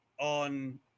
on